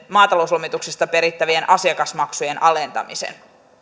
maatalouslomituksesta perittävien asiakasmaksujen alentamisen